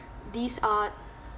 these are